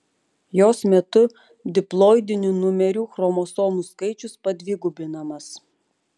jos metu diploidinių numerių chromosomų skaičius padvigubinamas